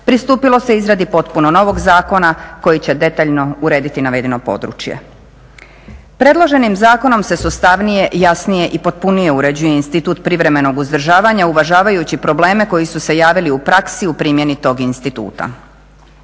pristupilo se izradi potpuno novog zakona koji će detaljno urediti navedeno područje. Predloženim zakonom se sustavnije, jasnije i potpunije uređuje institut privremenog uzdržavanja uvažajući probleme koji su se javili u praksi u primjeni tog instituta.